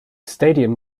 stadium